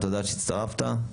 תודה שהצטרפת,